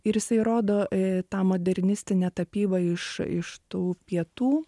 ir jisai rodo tą modernistinę tapybą iš iš tų pietų